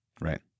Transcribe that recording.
Right